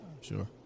sure